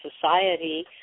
society –